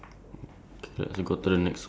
the the plate number is